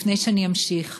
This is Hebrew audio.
לפני שאני אמשיך,